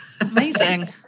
Amazing